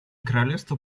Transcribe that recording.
королевство